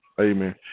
Amen